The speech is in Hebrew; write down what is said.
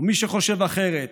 ומי שחושב אחרת,